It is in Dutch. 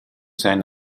zijn